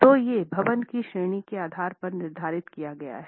तो ये भवन की श्रेणी के आधार पर निर्धारित किए गए हैं